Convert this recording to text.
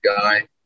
guy